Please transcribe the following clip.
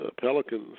Pelicans